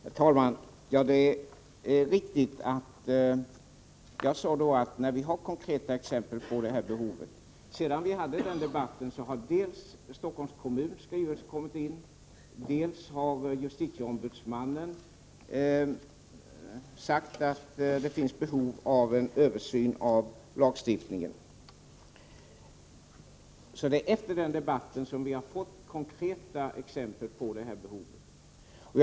Herr talman! Det är riktigt att jag förra året sade att vi var beredda att föranstalta om en översyn när vi hade konkreta exempel på behovet av en sådan. Sedan vi hade den debatten har dels Stockholms kommuns skrivelse kommit in, dels justitieombudsmannen uttalat att det finns behov av en översyn av lagstiftningen. Det är alltså efter den debatten vi har fått konkreta exempel på behovet.